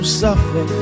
suffer